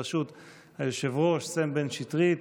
בראשות היושב-ראש סם בן שטרית.